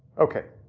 okay,